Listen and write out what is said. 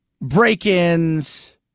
break-ins